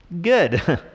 good